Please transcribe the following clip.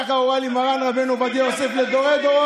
ככה הורה לי מרן רבנו עובדיה יוסף לדורי-דורות,